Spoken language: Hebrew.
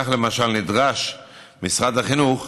כך, למשל, נדרש משרד החינוך